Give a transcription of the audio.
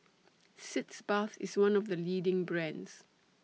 Sitz Bath IS one of The leading brands